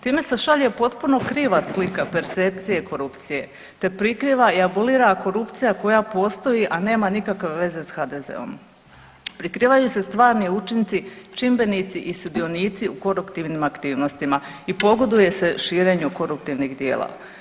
Time se šalje potpuno kriva slika percepcije korupcije te prikriva i abolira korupcija koja postoji, a nema nikakve veze sa HDZ-om, prikrivaju se stvarni učinci, čimbenici i sudionici u koruptivnim aktivnostima i pogoduje se širenju koruptivnih djela.